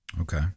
Okay